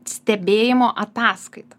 stebėjimo ataskaita